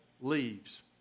leaves